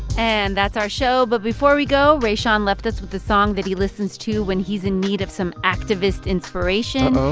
and that's our show. but before we go, rayshawn left us with the song that he listens to when he's in need of some activist inspiration.